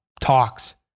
talks